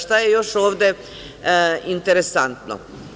Šta je još ovde interesantno?